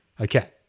Okay